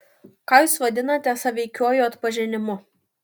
ką jūs vadinate sąveikiuoju atpažinimu